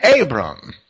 Abram